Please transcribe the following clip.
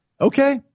Okay